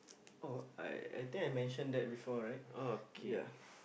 oh I I think I mentioned that before right ya